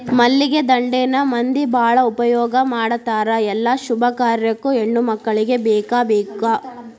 ಮಲ್ಲಿಗೆ ದಂಡೆನ ಮಂದಿ ಬಾಳ ಉಪಯೋಗ ಮಾಡತಾರ ಎಲ್ಲಾ ಶುಭ ಕಾರ್ಯಕ್ಕು ಹೆಣ್ಮಕ್ಕಳಿಗೆ ಬೇಕಬೇಕ